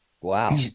Wow